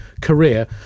career